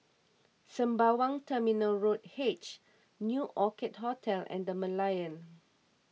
Sembawang Terminal Road H New Orchid Hotel and the Merlion